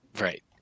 right